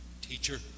Teacher